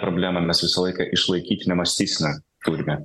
problema mes visą laiką išlaikytinio mąstyseną turime